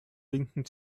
linken